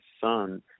Son